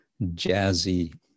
jazzy